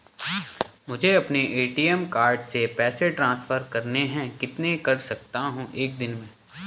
मुझे अपने ATM card से पैसे ट्रांसफर करने हैं कितने कर सकता हूँ एक दिन में?